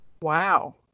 Wow